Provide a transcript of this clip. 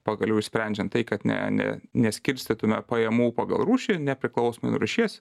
pagaliau išsprendžiant tai kad ne ne neskirstytume pajamų pagal rūšį nepriklausomai nuo rūšies